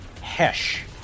Hesh